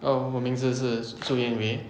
oh 我名字是朱燕凌